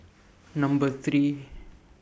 Number three